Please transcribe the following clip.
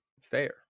fair